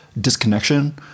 disconnection